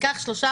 ניקח שלושה,